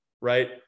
right